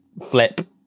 flip